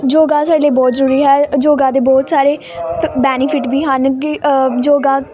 ਯੋਗਾ ਸਾਡੇ ਲਈ ਬਹੁਤ ਜ਼ਰੂਰੀ ਹੈ ਯੋਗਾ ਦੇ ਬਹੁਤ ਸਾਰੇ ਫ ਬੈਨੀਫਿਟ ਵੀ ਹਨ ਕਿ ਯੋਗਾ